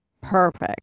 Perfect